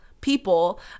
people